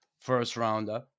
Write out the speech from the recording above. first-rounder